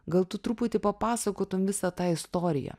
gal tu truputį papasakotum visą tą istoriją